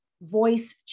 voice